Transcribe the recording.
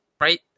right